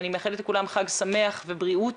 אני מאחלת לכולם חג שמח ובריאות,